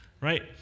right